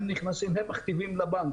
הם מכתיבים לבנק,